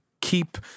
keep